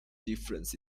difference